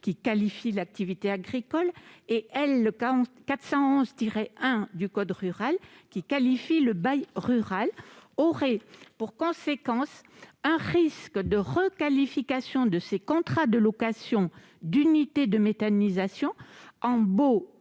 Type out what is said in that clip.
qui qualifie l'activité agricole, et L. 411-1, qui qualifie le bail rural, aurait pour conséquence un risque de requalification de ces contrats de location d'unités de méthanisation en baux